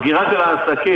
סגירה של העסקים